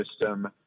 system